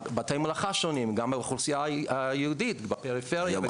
בתי מלאכה שונים גם לאוכלוסייה היהודית בפריפריה.